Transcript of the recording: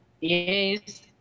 Yes